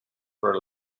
for